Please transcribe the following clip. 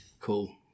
Cool